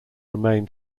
remain